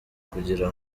kugira